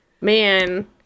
man